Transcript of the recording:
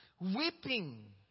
weeping